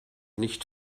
nicht